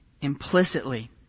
implicitly